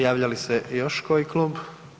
Javlja li se još koji klub?